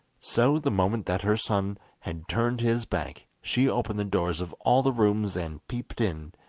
so the moment that her son had turned his back, she opened the doors of all the rooms, and peeped in,